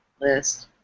list